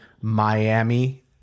Miami